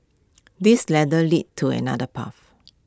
this ladder leads to another path